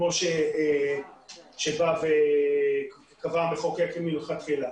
כמו שקבע המחוקק מלכתחילה.